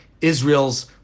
Israel's